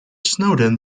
snowden